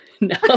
no